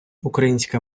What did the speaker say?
українська